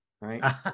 right